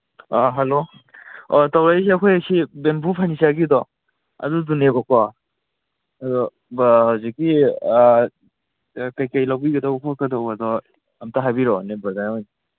ꯑꯥ hello ꯑꯥ ꯇꯧꯔꯛꯏꯁꯦ ꯑꯩꯈꯣꯏ ꯁꯤ ꯕꯦꯝꯕꯨ ꯐꯔꯅꯤꯆꯔꯒꯤꯗꯣ ꯑꯗꯨꯗꯨꯅꯦꯕꯀꯣ ꯑꯗꯨ ꯍꯧꯖꯤꯛꯀꯤ ꯀꯔꯤ ꯀꯔꯤ ꯂꯧꯕꯤꯒꯗꯧ ꯈꯣꯠꯀꯗꯧꯕꯗꯣ ꯑꯝꯇ ꯍꯥꯏꯕꯤꯔꯛꯑꯣꯅꯦ ꯕ꯭ꯔꯗꯔ